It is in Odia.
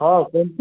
ହଁ କୁହନ୍ତୁ